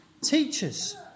teachers